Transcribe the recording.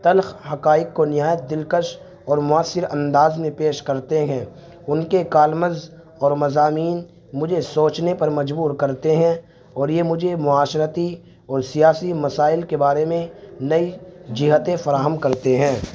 تلخ حقائق کو نہایت دلکش اور مؤثر انداز میں پیش کرتے ہیں ان کے کالمز اور مضامین مجھے سوچنے پر مجبور کرتے ہیں اور یہ مجھے معاشرتی اور سیاسی مسائل کے بارے میں نئی جہتیں فراہم کرتے ہیں